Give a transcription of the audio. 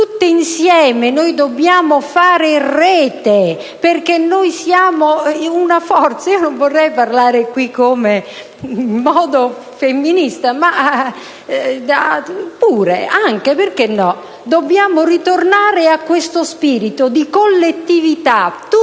Tutte insieme noi dobbiamo fare rete, perché noi siamo una forza. Non vorrei parlare qui in modo femminista, ma in fondo perché no? Dobbiamo tornare a questo spirito di collettività, tutte